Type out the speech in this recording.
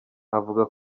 avuga